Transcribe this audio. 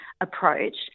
approach